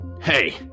hey